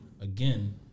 again